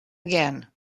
again